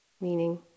meaning